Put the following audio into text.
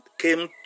came